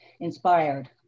inspired